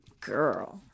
Girl